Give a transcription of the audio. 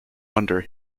under